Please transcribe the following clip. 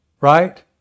Right